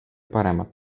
paremat